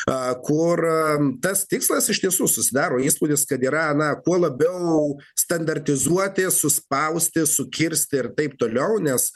kur tas tikslas iš tiesų susidaro įspūdis kad yra na kuo labiau standartizuoti suspausti sukirsti ir taip toliau nes